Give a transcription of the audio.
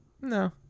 No